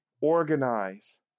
organize